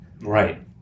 right